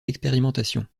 l’expérimentation